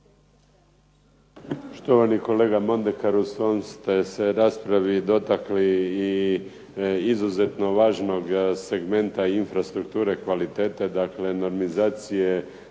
Štovani kolega Mondekar u svojoj ste se raspravi dotakli i izuzetno važnog segmenta infrastrukture kvalitete dakle normizacije